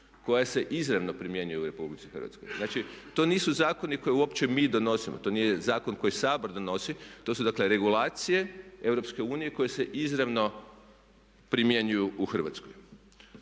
koja se izravno primjenjuju u Republici Hrvatskoj. Znači, to nisu zakoni koje uopće mi donosimo, to nije zakon koji Sabor donosi, to su dakle regulacije EU koje se izravno primjenjuju u Hrvatskoj.